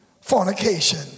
fornication